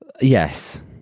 Yes